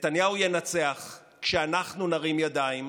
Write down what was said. נתניהו ינצח כשאנחנו נרים ידיים,